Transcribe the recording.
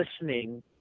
listening